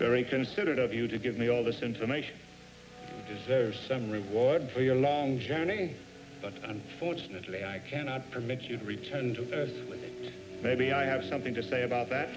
very considerate of you to give me all this information is there some reward for your long journey but unfortunately i cannot permit you to return to maybe i have something to say about that